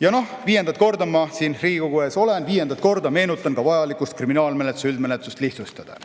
Ja noh, viiendat korda ma siin Riigikogu ees olen, viiendat korda meenutan ka vajadust kriminaalmenetluse üldmenetlust lihtsustada: